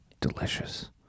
Delicious